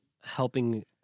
helping